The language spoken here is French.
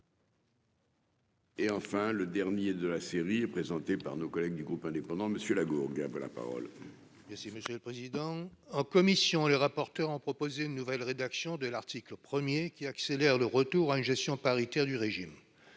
Et enfin, le dernier de la série et présentée par nos collègues du groupe indépendant Monsieur Lagourgue un peu la parole. Merci monsieur le Président, en commission, le rapporteur en propose une nouvelle rédaction de l'article 1er qui accélère le retour à une gestion paritaire du régime,